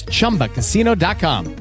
ChumbaCasino.com